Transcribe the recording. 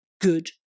good